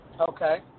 Okay